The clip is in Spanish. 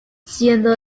siendo